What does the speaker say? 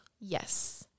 Yes